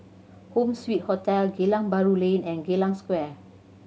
Home Suite Hotel Geylang Bahru Lane and Geylang Square